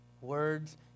Words